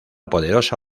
poderosa